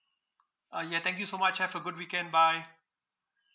uh ya thank you so much have a good weekend bye